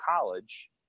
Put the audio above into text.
college